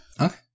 Okay